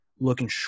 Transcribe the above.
Looking